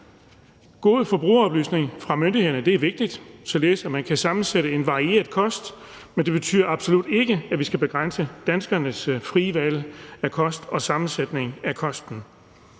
god forbrugeroplysning fra myndighederne er vigtigt, således at man kan sammensætte en varieret kost, men det betyder absolut ikke, at man skal begrænse danskernes frie valg af kost.